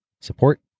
support